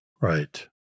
Right